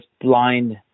blind